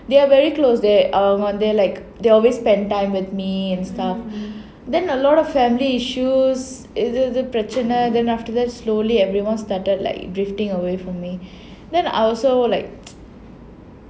they are very close they um அவங்க வந்து:anga vandhu like they always spend time with me and stuff then a lot of family issues ஏதேதோ பிரச்னை:edhedho prachanai slowly everyone started like drifting away from me then I also like